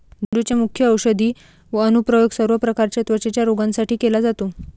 झेंडूचे मुख्य औषधी अनुप्रयोग सर्व प्रकारच्या त्वचेच्या रोगांसाठी केला जातो